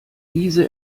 wiese